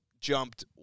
Jumped